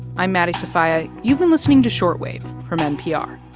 i'm maddie sofia. you've been listening to short wave from npr.